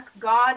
God